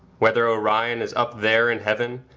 whether orion is up there in heaven,